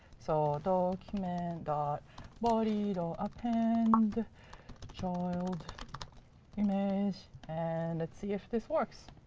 so document and body append child image. and let's see if this works.